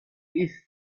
east